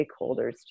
stakeholders